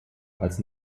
als